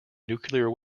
nuclear